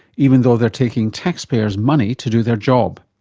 even though they're taking tax payers' money to do their job.